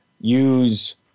use